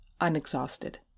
unexhausted